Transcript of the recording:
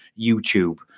YouTube